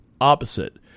opposite